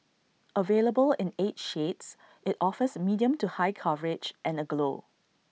available in eight shades IT offers medium to high coverage and A glow